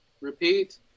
Repeat